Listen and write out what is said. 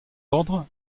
ordre